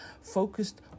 focused